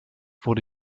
wurde